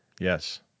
Yes